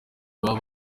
baba